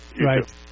Right